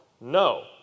No